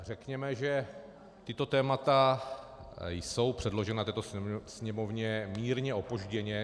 Řekněme, že tato témata jsou předložena této Sněmovně mírně opožděně.